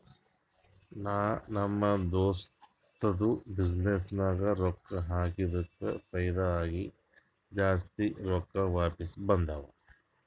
ನಾ ನಮ್ ದೋಸ್ತದು ಬಿಸಿನ್ನೆಸ್ ನಾಗ್ ರೊಕ್ಕಾ ಹಾಕಿದ್ದುಕ್ ಫೈದಾ ಆಗಿ ಜಾಸ್ತಿ ರೊಕ್ಕಾ ವಾಪಿಸ್ ಬಂದಾವ್